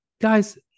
Guys